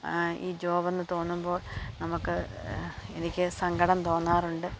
ഈ ജോബെന്ന് തോന്നുമ്പോൾ നമുക്ക് എനിക്ക് സങ്കടം തോന്നാറുണ്ട്